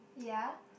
ya